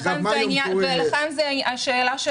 לכן השאלה,